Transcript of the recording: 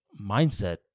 mindset